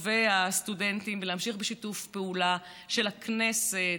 והסטודנטים ולהמשיך בשיתוף פעולה של הכנסת,